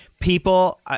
People